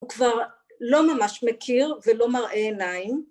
הוא כבר לא ממש מכיר ולא מראה עיניים.